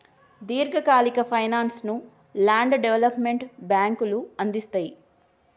దీర్ఘకాలిక ఫైనాన్స్ ను land development బ్యేంకులు అందిస్తయ్